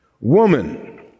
woman